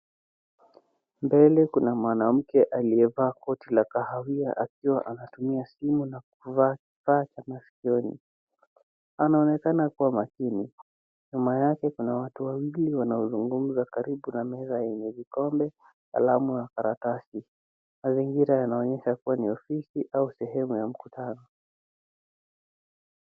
Mbele kuna mwanamke aliyevaa koti la kahawia, anatumia simu na kuvaa kifaa cha masikioni. Anaonekana kua makini. Nyuma yake kuna watu wawili wanaozungumza karibu na meza yenye vikombe, kalamu, na karatasi. Mazingira yanaonyesha kua ni ofisi au sehemu ya mkutano.